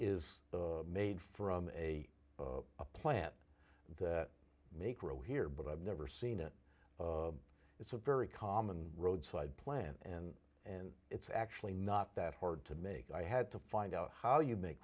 is made from a plant that make row here but i've never seen it it's a very common roadside plant and and it's actually not that hard to make i had to find out how you make